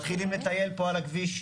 מתחילים לטייל פה על הכביש.